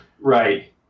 right